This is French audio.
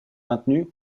maintenu